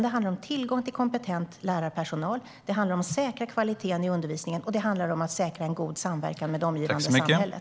Det handlar om tillgång till kompetent lärarpersonal, det handlar om att säkra kvaliteten i undervisningen och det handlar om att säkra en god samverkan med det omgivande samhället.